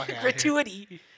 gratuity